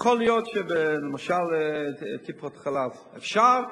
יכול להיות שלמשל בטיפות-חלב אפשר,